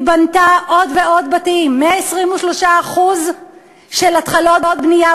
והיא בנתה עוד ועוד בתים: 123% של התחלות בנייה